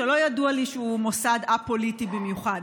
שלא ידוע לי שהוא מוסד א-פוליטי במיוחד.